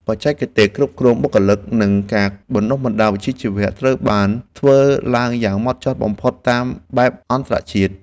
បច្ចេកទេសគ្រប់គ្រងបុគ្គលិក និងការបណ្តុះបណ្តាលវិជ្ជាជីវៈត្រូវបានធ្វើឡើងយ៉ាងម៉ត់ចត់បំផុតតាមបែបអន្តរជាតិ។